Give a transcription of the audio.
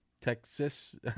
Texas